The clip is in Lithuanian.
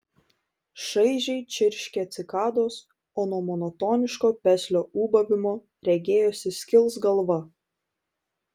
šaižiai čirškė cikados o nuo monotoniško peslio ūbavimo regėjosi skils galva